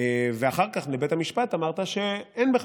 ושמים את